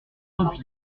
repli